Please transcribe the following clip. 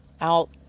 out